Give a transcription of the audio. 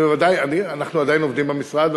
אנחנו עדיין עובדים במשרד,